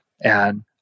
And-